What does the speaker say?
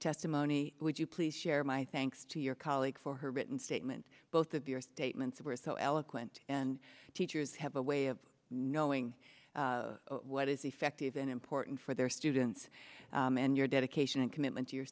testimony would you please share my thanks to your colleague for her written statement both of your statements were so eloquent and teachers have a way of knowing what is effective and important for their students and your dedication and commitment to your